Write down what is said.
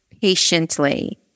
patiently